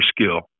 skill